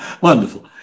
Wonderful